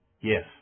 Yes